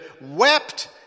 wept